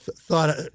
thought